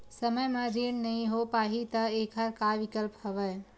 समय म ऋण नइ हो पाहि त एखर का विकल्प हवय?